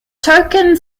token